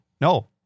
no